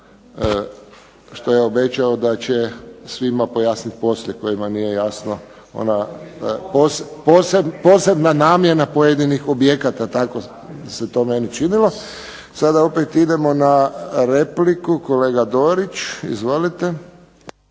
što je obećao da će svima objasniti poslije kojima nije jasno, ona posebna namjena pojedinih objekata tako se to meni činilo. Sada opet idemo na repliku, kolega Dorić. Izvolite.